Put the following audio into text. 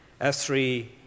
S3